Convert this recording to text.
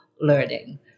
learning